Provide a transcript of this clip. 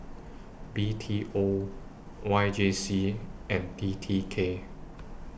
B T O Y J C and T T K